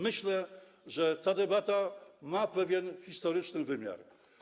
Myślę, że ta debata ma pewien historyczny wymiar.